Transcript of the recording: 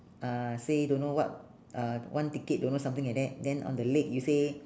uh say don't know what uh one ticket don't know something like that then on the leg you say